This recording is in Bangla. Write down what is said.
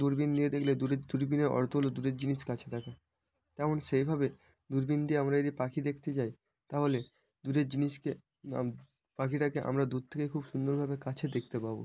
দূরবীন দিয়ে দেখলে দূরের দূরবীনের অর্থ হলো দূরের জিনিস কাছে দেখা তেমন সেইভাবে দূরবীন দিয়ে আমরা যদি পাখি দেখতে যাই তাহলে দূরের জিনিসকে বা পাখিটাকে আমরা দূর থেকে খুব সুন্দরভাবে কাছে দেখতে পাবো